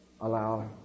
allow